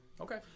Okay